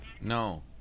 No